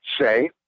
say